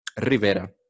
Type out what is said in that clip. Rivera